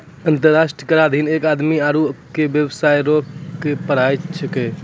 अंतर्राष्ट्रीय कराधीन एक आदमी आरू कोय बेबसाय रो कर पर पढ़ाय छैकै